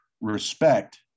respect